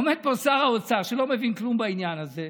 עומד פה שר האוצר, שלא מבין כלום בעניין הזה,